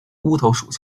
乌头属